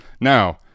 Now